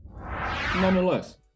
Nonetheless